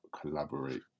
collaborate